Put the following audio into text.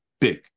big